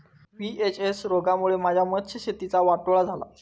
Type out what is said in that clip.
VHS रोगामुळे माझ्या मत्स्यशेतीचा वाटोळा झाला